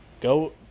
Go